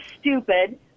stupid